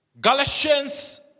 Galatians